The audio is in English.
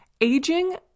Aging